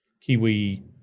Kiwi